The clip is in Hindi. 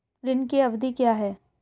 ऋण की अवधि क्या है?